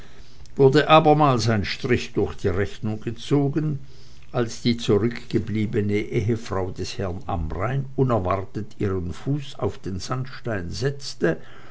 wurde abermals ein strich durch die rechnung gezogen als die zurückgebliebene ehefrau des herrn amrain unerwartet ihren fuß auf den sandstein setzte